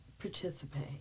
participate